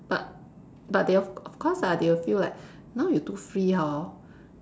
but but they will of course ah they will feel like now you too free hor